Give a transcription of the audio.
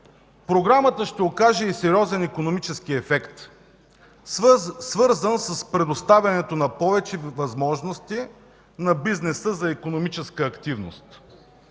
програмата ще окаже и сериозен икономически ефект, свързан с предоставянето на повече възможности на бизнеса за икономическа активност,